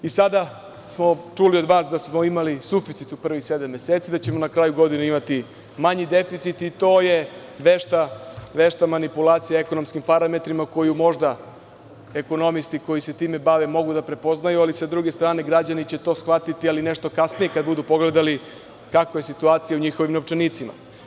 Sada smo čuli od vas da smo imali suficit u prvih sedam meseci, da ćemo na kraju godine imati manji deficit i to je vešta manipulacija ekonomskim parametrima koju možda ekonomisti koji se time bave mogu da prepoznaju, ali sa druge strane građani će to shvatiti ali nešto kasnije kada budu pogledali kakva je situacija u njihovim novčanicima.